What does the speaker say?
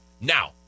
Now